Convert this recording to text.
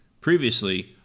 Previously